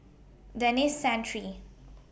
Denis Santry